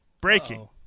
breaking